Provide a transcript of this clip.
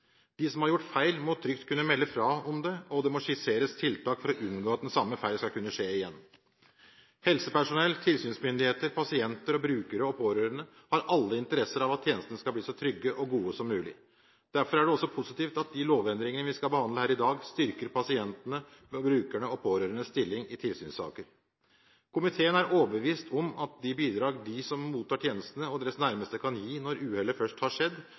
De som har gjort feil, må trygt kunne melde fra om det, og det må skisseres tiltak for å unngå at den samme feil skal kunne skje igjen. Helsepersonell, tilsynsmyndigheter, pasienter, brukere og pårørende har alle interesse av at tjenestene skal bli så trygge og gode som mulig. Derfor er det også positivt at de lovendringene vi skal behandle her i dag, styrker pasientenes, brukernes og pårørendes stilling i tilsynssaker. Komiteen er overbevist om at de bidrag de som mottar tjenestene, og deres nærmeste kan gi når uhellet først har skjedd,